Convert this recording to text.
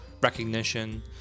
recognition